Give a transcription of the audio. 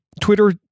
Twitter